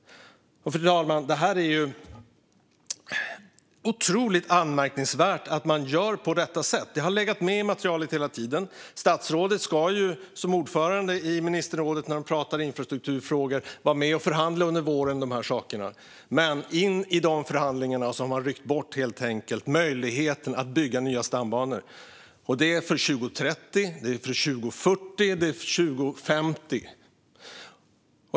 Fru talman! Det är otroligt anmärkningsvärt att man gör så. Detta har legat med i materialet hela tiden. Statsrådet ska ju som ordförande i ministerrådet för infrastrukturfrågor vara med och förhandla om dessa saker under våren. Inför de förhandlingarna har man dock helt enkelt ryckt bort möjligheten att bygga nya stambanor - för 2030, för 2040 och för 2050.